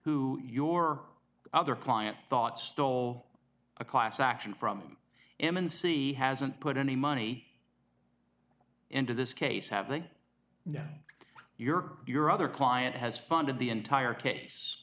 who your other client thought stole a class action from him and c hasn't put any money into this case happening now your your other client has funded the entire case